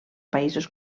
països